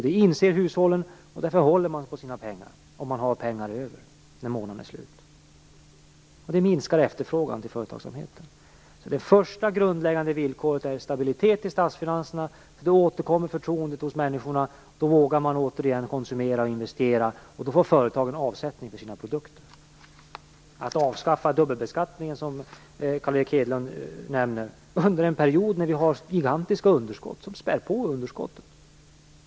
Det inser hushållen, och därför håller man på sina pengar, om man har pengar över när månaden är slut. Detta minskar deras efterfrågan gentemot företagsamheten. Det första grundläggande villkoret är alltså stabilitet i statsfinanserna. Då återkommer förtroendet hos människorna, då vågar man återigen konsumera och investera och då får företagen avsättning för sina produkter. Att avskaffa dubbelbeskattningen, som Carl Erik Hedlund nämner, under en period när vi har gigantiska underskott skulle späda på underskotten.